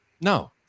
No